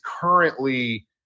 currently